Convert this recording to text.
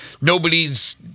nobody's